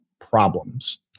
problems